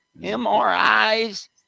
MRIs